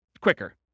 quicker